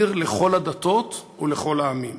עיר לכל הדתות ולכל העמים.